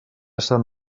sant